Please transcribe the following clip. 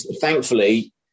thankfully